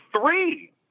three